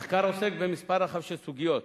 המחקר עוסק במספר רחב של סוגיות,